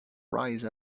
rise